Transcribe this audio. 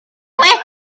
fod